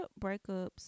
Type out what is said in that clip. breakups